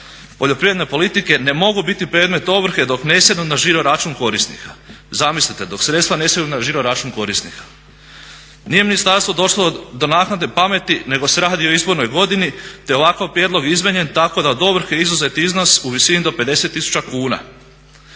poljoprivredne politike ne mogu biti predmet ovrhe dok ne sjednu na žiroračun korisnika. Zamislite, dok sredstva ne sjednu na žiroračun korisnika. Nije ministarstvo došlo do naknadne pameti nego se radi o izbornoj godini te je ovakav prijedlog izmijenjen tako da je od ovrhe izuzet iznos u visini do 50 000 kuna.